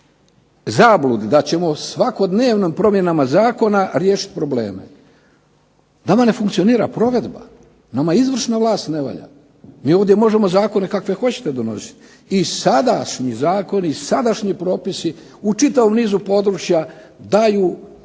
zabludi da ćemo svakodnevnim promjenama zakona riješiti probleme. Nama ne funkcionira provedba, nama izvršna vlast ne valja. Mi ovdje možemo zakone kakve hoćete donositi i sadašnji zakoni, sadašnji propisi u čitavom nizu područja daju dobre